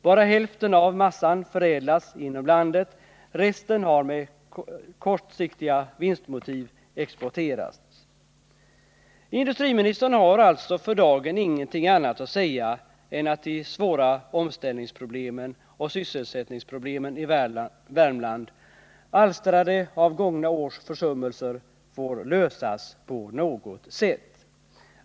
Bara hälften av massan förädlas inom landet, resten har med kortsiktiga vinstmotiv exporterats. Industriministern har alltså för dagen ingenting annat att säga än att de svåra omställningsproblemen och sysselsättningsproblemen i Värmland — alstrade av gångna års försummelser — får ”lösas på något sätt”.